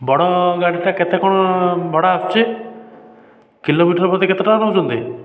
ବଡ଼ ଗାଡ଼ିଟା କେତେ କ'ଣ ଭଡ଼ା ଆସୁଛି କିଲୋମିଟର ପ୍ରତି କେତେ ଟଙ୍କା ନେଉଛନ୍ତି